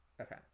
Okay